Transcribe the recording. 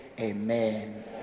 amen